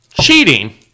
cheating